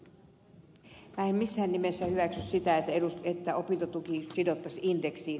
minä en missään nimessä hyväksy sitä että opintotuki sidottaisiin indeksiin